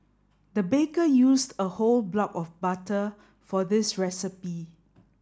the baker used a whole block of butter for this recipe